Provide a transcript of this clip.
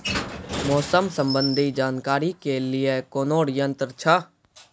मौसम संबंधी जानकारी ले के लिए कोनोर यन्त्र छ?